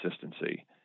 consistency